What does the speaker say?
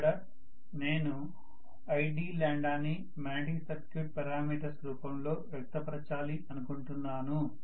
ఇక్కడ నేను id ని మాగ్నెటిక్ సర్క్యూట్ పారామీటర్స్ రూపంలో వ్యక్తపరచాలి అనుకుంటున్నాను